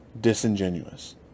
disingenuous